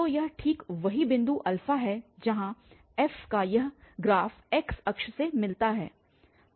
तो यह ठीक वही बिंदु है जहाँ f का यह ग्राफ x अक्ष से मिलता है